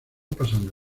pasando